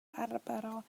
bárbaro